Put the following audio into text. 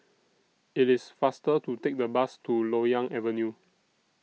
IT IS faster to Take The Bus to Loyang Avenue